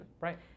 Right